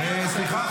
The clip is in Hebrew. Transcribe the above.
--- סליחה,